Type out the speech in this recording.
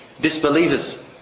disbelievers